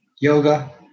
yoga